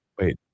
Wait